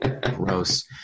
Gross